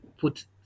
put